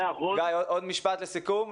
משפט לסיכום.